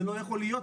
זה לא יכול להיות.